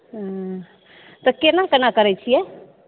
हँ तऽ केना केना करै छियै